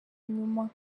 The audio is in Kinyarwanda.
nyuma